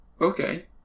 Okay